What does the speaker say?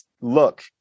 look